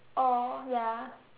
oh ya